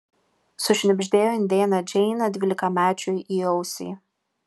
sušnibždėjo indėnė džeinė dvylikamečiui į ausį